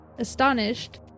Astonished